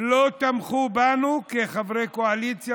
אפילו לא תמכו בנו בבחירות כחברי קואליציה